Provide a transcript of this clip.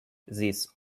this